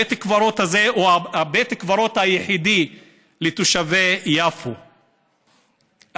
בית הקברות הזה הוא בית הקברות היחיד לתושבי יפו המוסלמים.